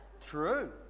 True